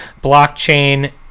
blockchain